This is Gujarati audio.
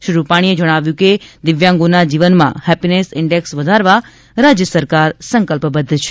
શ્રી રૂપાણીએ જણાવ્યું કે દિવ્યાંગોના જીવનમાં હેપીનેસ ઇન્ડેક્સ વધારવા રાજ્ય સરકાર સંકલ્પબધ્ધ છે